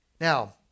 now